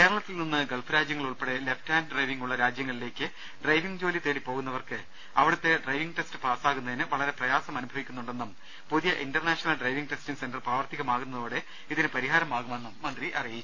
കേരളത്തിൽ നിന്ന് ഗൾഫ് രാജ്യങ്ങൾ ഉൾപ്പെടെ ലെഫ്റ്റ് ഹാൻഡ് ഡ്രൈവിംഗ് ഉള്ള രാജ്യങ്ങളിലേക്ക് ഡ്രൈവിംഗ് ജോലി തേടി പോകുന്നവർക്ക് അവിടുത്തെ ഡ്രൈവിംഗ് ടെസ്റ്റ് പാസാകുന്നതിന് വളരെ പ്രയാസമനുഭവിക്കുന്നുണ്ടെന്നും പുതിയ international driving testing centre പ്രാവർത്തികമാകുന്നതോടെ ഇതിന് പരിഹാരമാകുമെന്നും മന്ത്രി അറിയിച്ചു